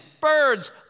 birds